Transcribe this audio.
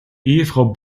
ehefrau